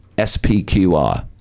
S-P-Q-R